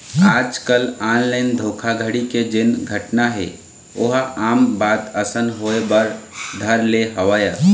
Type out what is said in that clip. आजकल ऑनलाइन धोखाघड़ी के जेन घटना हे ओहा आम बात असन होय बर धर ले हवय